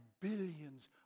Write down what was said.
billions